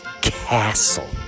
castle